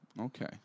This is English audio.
Okay